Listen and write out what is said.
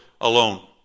alone